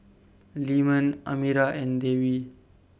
Leman Amirah and Dewi